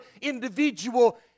individual